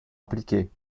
appliquée